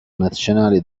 nazionale